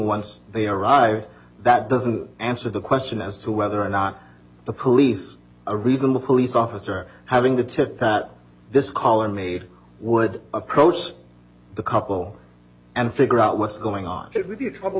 once they arrived that doesn't answer the question as to whether or not the police a reason the police officer having the tip that this caller made would approach the couple and figure out what's going on it would be a trouble